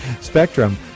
spectrum